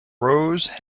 rose